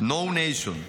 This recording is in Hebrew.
בנדיבותכם הרבה.